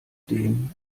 dem